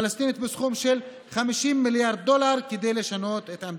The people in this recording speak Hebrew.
של 50 מיליארד דולר כדי לשנות את עמדתה.